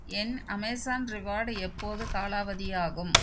என் Amazon reward எப்போது காலாவதியாகும்